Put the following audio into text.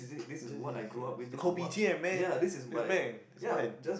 this is yes the kopitiam man this man this man